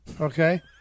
Okay